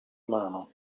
mano